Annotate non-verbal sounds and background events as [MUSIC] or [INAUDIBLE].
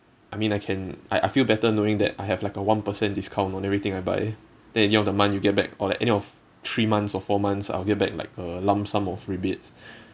I mean I can I I feel better knowing that I have like a one percent discount on everything I buy then at the end of the month you get back or like at the end of three months or four months I'll get back like a lump sum of rebates [BREATH]